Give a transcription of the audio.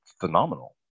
phenomenal